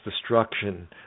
destruction